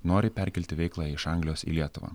nori perkelti veiklą iš anglijos į lietuvą